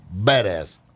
badass